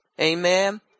Amen